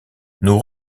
nous